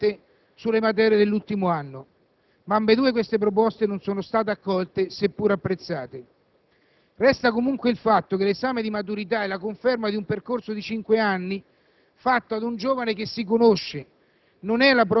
magari mantenendo un giudizio e una valutazione prevalente sulle materie dell'ultimo anno. Ma ambedue queste proposte non sono state accolte, se pur apprezzate. Resta comunque il fatto che l'esame di maturità è la conferma di un percorso di cinque anni